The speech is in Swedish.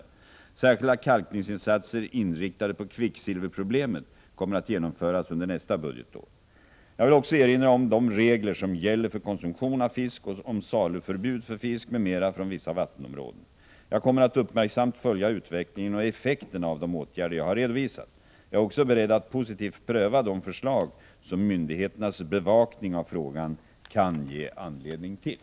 Särskilda kalkningsinsatser inriktade på kvicksilverproblemet kommer att genomföras under nästa budgetår. Jag vill också erinra om de regler som gäller för konsumtion av fisk och om saluförbud för fisk m.m. från vissa vattenområden. Jag kommer att uppmärksamt följa utvecklingen och effekterna av de åtgärder jag här redovisat. Jag är också beredd att positivt pröva de förslag som myndigheternas bevakning av frågan kan ge anledning till.